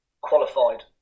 qualified